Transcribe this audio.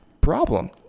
problem